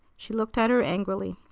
she looked at her angrily.